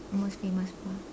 most famous